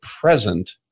present